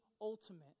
ultimate